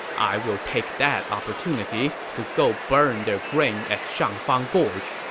i will take that opportunity to go burn their grain at shangfang gorge.